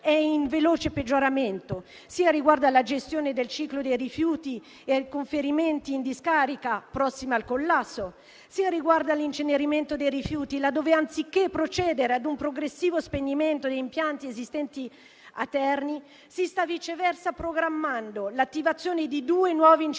è in veloce peggioramento sia riguardo alla gestione del ciclo dei rifiuti e ai conferimenti in discarica (prossimi al collasso), sia riguardo all'incenerimento dei rifiuti laddove, anziché procedere ad un progressivo spegnimento degli impianti esistenti a Terni, si sta viceversa programmando l'attivazione di due nuovi inceneritori